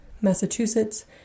Massachusetts